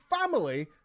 family